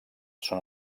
són